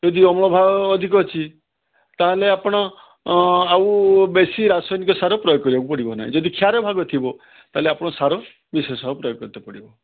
ଯଦି ଅମ୍ଳ ଭାଗ ଅଧିକ ଅଛି ତାହେଲେ ଆପଣ ଆଉ ବେଶୀ ରାସାୟନିକ ସାର ପ୍ରୟୋଗ କରିବାକୁ ପଡ଼ିବ ନାହିଁ ଯଦି କ୍ଷାର ଭାଗ ଥିବ ତାହେଲେ ଆପଣ ସାର ବିଶେଷ ଭାବରେ ପ୍ରୟୋଗ କରିତେ ପଡ଼ିବ